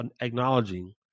acknowledging